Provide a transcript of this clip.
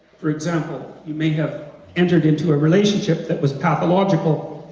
for example, you may have entered into a relationship that was pathological,